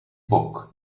book